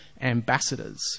ambassadors